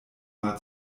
mal